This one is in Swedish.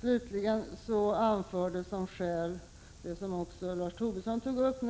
Slutligen anfördes som skäl — vilket Lars Tobisson också tog upp —-